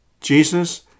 Jesus